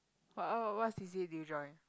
!wow! what C_C_A did you join